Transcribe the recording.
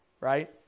right